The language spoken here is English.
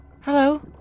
Hello